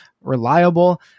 reliable